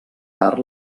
tard